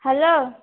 hello